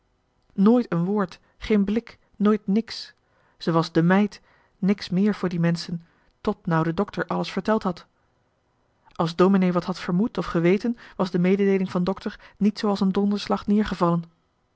nooit een woord geen blik nooit niks ze was de meid niks meer voor die menschen tot nou de dokter alles verteld had als domenee wat had vermoed of geweten was de mededeeling van dokter niet zoo als een donderslag